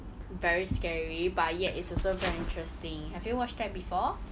very scary but yet it's also very interesting have you watched that before